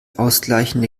ausgleichende